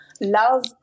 love